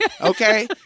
okay